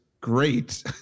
Great